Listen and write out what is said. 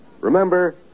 Remember